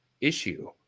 issue